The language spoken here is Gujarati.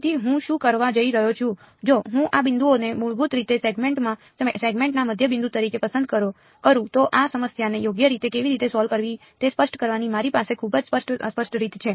તેથી હું શું કરવા જઈ રહ્યો છું જો હું આ બિંદુઓને મૂળભૂત રીતે સેગમેન્ટના મધ્યબિંદુ તરીકે પસંદ કરું તો આ સમસ્યાને યોગ્ય રીતે કેવી રીતે સોલ્વ કરવી તે સ્પષ્ટ કરવાની મારી પાસે ખૂબ જ સ્પષ્ટ અસ્પષ્ટ રીત છે